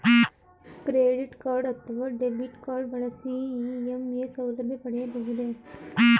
Credit card ಅಥವಾ debit card ಬಳಸಿ EMI ಸೌಲಭ್ಯ ಪಡೆಯಬಹುದೇ?